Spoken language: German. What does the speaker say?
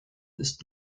ist